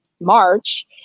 March